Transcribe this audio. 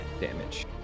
damage